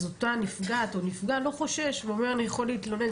אז אותה נפגעת או נפגע לא חושש ואומר: אני יכול להתלונן.